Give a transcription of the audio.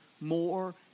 more